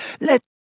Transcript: Let